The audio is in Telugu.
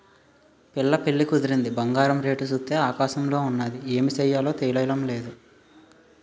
పిల్ల పెళ్లి కుదిరింది బంగారం రేటు సూత్తే ఆకాశంలోన ఉన్నాది ఏమి సెయ్యాలో తెల్డం నేదు